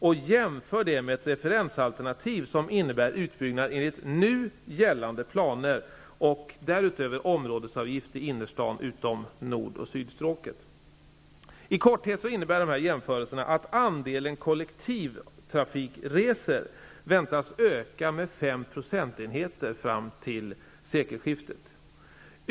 Detta jämförs med ett referensalternativ som innebär en utbyggnad enligt nu gällande planer, och därutöver områdesavgifter i innerstaden utom nord och sydstråken. I korthet innebär dessa jämförelser att andelen kollektivtrafikresor väntas öka med 5 procentenheter fram till sekelskiftet.